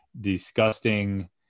disgusting